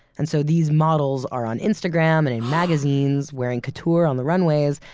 and so these models are on instagram and in magazines, wearing couture on the runways,